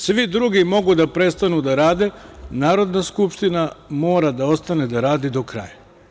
Svi drugi mogu da prestanu da rade, Narodna Skupština mora da ostane da radi do kraja.